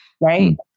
right